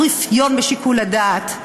או רפיון בשיקול הדעת.